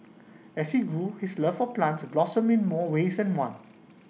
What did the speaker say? as he grew his love for plants blossomed in more ways than one